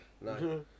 No